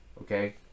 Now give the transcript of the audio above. okay